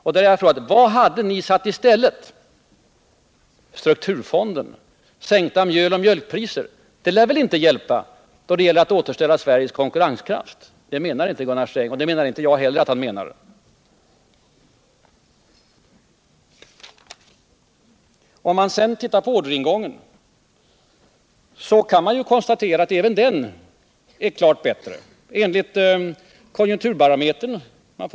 Och då har jag frågat: Vad hade ni satt i stället? Strukturfonden? Sänkta mjöloch mjölkpriser? Det lär väl inte hjälpa då det gäller att återställa Sveriges konkurrenskraft. Det menar inte Gunnar Sträng, och det menar inte jag heller att han menar. Om man sedan tittar på orderingången, så kan man ju konstatera att även den är klart bättre enligt konjunkturbarometern.